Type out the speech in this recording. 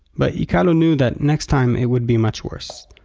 but yikealo knew that next time it would be much worse,